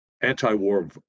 anti-war